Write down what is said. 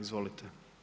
Izvolite.